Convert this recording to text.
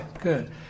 good